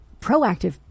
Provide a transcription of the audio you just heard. proactive